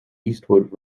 eastwood